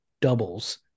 doubles